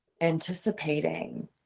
anticipating